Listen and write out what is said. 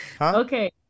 Okay